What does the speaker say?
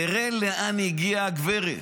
תראה לאן הגיעה הגברת,